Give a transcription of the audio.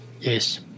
Yes